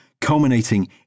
culminating